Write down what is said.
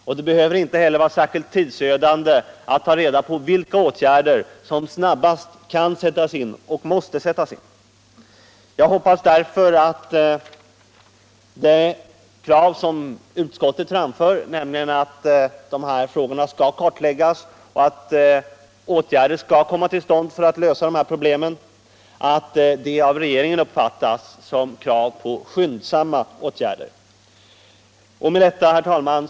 Och det behöver inte vara särskilt tidsödande att ta reda på vilka åtgärder som snabbast kan och måste sättas in. Jag hoppas därför att de krav som utskottet framför, nämligen att de här frågorna skall kartläggas och att åtgärder skall komma till stånd för att lösa dessa problem, av regeringen uppfattas som krav på skyndsamma åtgärder. Herr talman!